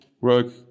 work